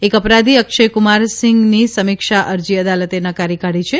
એક અપરાધી અક્ષયકુમાર સિંઘની સમીક્ષા અરજી અદાલતે નકારી કાઢી છે